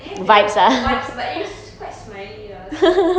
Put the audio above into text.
have the vibes but you're quite smiley lah so